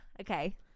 Okay